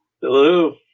Hello